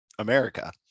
America